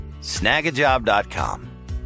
Snagajob.com